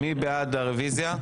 מי בעד הרוויזיה?